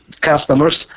customer's